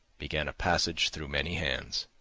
began a passage through many hands.